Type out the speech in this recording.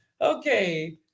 Okay